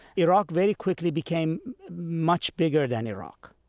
iraq very quickly became much bigger than iraq.